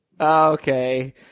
Okay